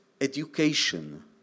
education